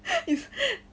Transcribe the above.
if